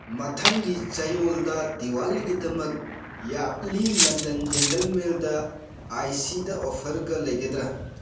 ꯃꯊꯪꯒꯤ ꯆꯌꯣꯜꯗ ꯗꯤꯋꯥꯂꯤꯒꯤꯗꯃꯛ ꯌꯥꯔꯠꯂꯤ ꯂꯟꯗꯟ ꯖꯦꯟꯇꯜꯃꯦꯟꯗ ꯑꯥꯏ ꯁꯤꯗ ꯑꯣꯐꯔꯒ ꯂꯩꯒꯗ꯭ꯔꯥ